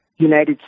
united